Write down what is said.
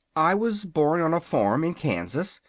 i was born on a farm in kansas,